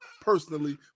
personally